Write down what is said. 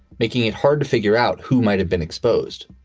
making it hard to figure out who might have been exposed.